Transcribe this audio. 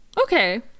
Okay